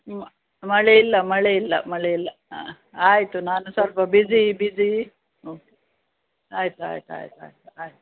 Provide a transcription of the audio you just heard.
ಮ ಮಳೆಯಿಲ್ಲ ಮಳೆಯಿಲ್ಲ ಮಳೆಯಿಲ್ಲ ಹಾಂ ಆಯಿತು ನಾನು ಸಲ್ಪ ಬಿಸಿ ಇದ್ದಿದು ಆಯ್ತು ಆಯ್ತು ಆಯ್ತು ಆಯ್ತು ಆಯ್ತು